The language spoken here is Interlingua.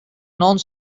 non